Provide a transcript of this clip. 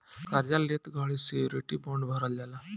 कार्जा लेत घड़ी श्योरिटी बॉण्ड भरवल जाला